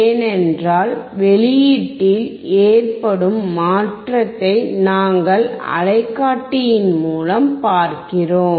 ஏனென்றால் வெளியீட்டில் ஏற்படும் மாற்றத்தை நாங்கள் அலைக்காட்டியின் மூலம் பார்க்கிறோம்